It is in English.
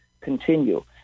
continue